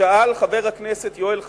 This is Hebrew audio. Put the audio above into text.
שאל חבר הכנסת יואל חסון,